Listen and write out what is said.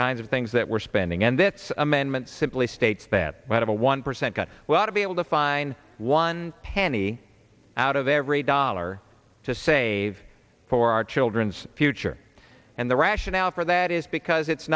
kinds of things that we're spending and that's amendment simply states that had a one percent cut well to be able to find one penny out of every dollar to save for our children's future and the rationale for that is because it's